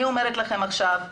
אני אומרת לכם עכשיו,